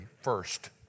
first